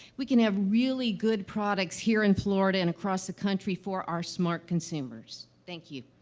we can have really good products here in florida and across the country for our smart consumers. thank you.